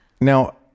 Now